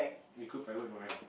recruit private no right